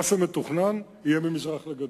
מה שמתוכנן יהיה ממזרח לגדר.